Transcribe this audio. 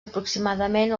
aproximadament